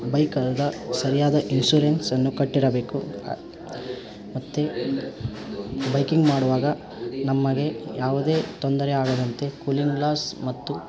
ಬೈಕಿಂದು ಸರಿಯಾದ ಇನ್ಸುರೆನ್ಸನ್ನು ಕಟ್ಟಿರಬೇಕು ಮತ್ತು ಬೈಕಿಂಗ್ ಮಾಡುವಾಗ ನಮಗೆ ಯಾವುದೇ ತೊಂದರೆ ಆಗದಂತೆ ಕೂಲಿಂಗ್ ಗ್ಲಾಸ್ ಮತ್ತು